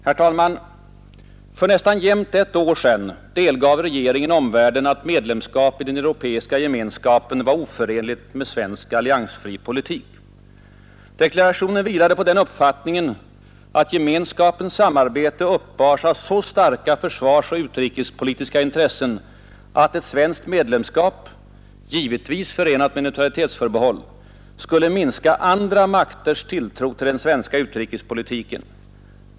Herr talman! För nästan jämnt ett år sedan delgav regeringen omvärlden, att medlemskap i den europeiska gemenskapen var oförenligt med svensk alliansfri politik. Deklarationen vilade på den uppfattningen, att Gemenskapens samarbete uppbars av så starka försvarsoch utrikespolitiska intressen, att ett svenskt medlemskap — givetvis förenat med neutralitetsförbehåll — skulle minska andra makters tilltro till den svenska utrikespolitiken.